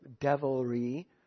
devilry